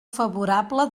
favorable